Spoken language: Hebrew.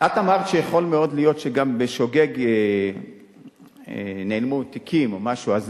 את אמרת שיכול מאוד להיות שגם בשוגג נעלמו תיקים או משהו.